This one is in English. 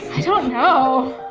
i don't know.